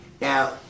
Now